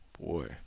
boy